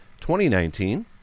2019